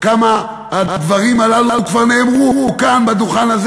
כמה הדברים הללו כבר נאמרו כאן בדוכן הזה